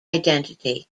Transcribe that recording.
identity